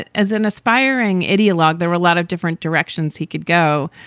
as an aspiring ideologue, there were a lot of different directions he could go.